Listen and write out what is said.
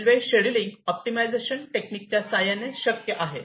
railway scheduling optimisation टेक्निकच्या सहाय्याने शक्य आहे